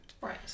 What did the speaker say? Right